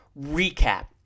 Recap